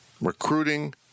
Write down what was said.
Recruiting